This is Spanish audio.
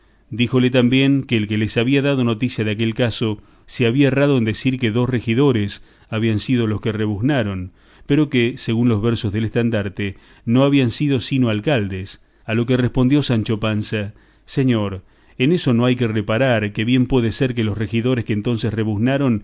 díjole también que el que les había dado noticia de aquel caso se había errado en decir que dos regidores habían sido los que rebuznaron pero que según los versos del estandarte no habían sido sino alcaldes a lo que respondió sancho panza señor en eso no hay que reparar que bien puede ser que los regidores que entonces rebuznaron viniesen